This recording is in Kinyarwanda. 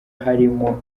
harimo